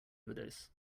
overdose